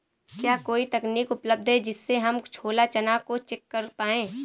क्या कोई तकनीक उपलब्ध है जिससे हम छोला चना को चेक कर पाए?